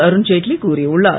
அருண் ஜெட்லி கூறியுள்ளார்